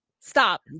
Stop